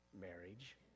marriage